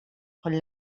con